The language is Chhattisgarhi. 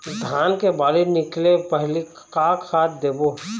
धान के बाली निकले पहली का खाद देबो?